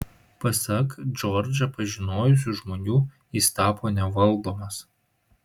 pasak džordžą pažinojusių žmonių jis tapo nevaldomas